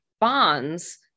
bonds